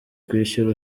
kwishyura